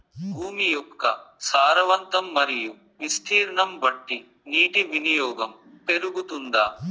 భూమి యొక్క సారవంతం మరియు విస్తీర్ణం బట్టి నీటి వినియోగం పెరుగుతుందా?